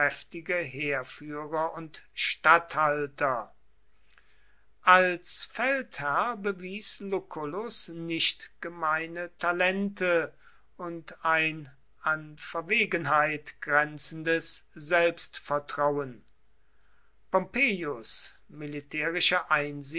heerführer und statthalter als feldherr bewies lucullus nicht gemeine talente und ein an verwegenheit grenzendes selbstvertrauen pompeius militärische